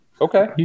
okay